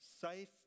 safe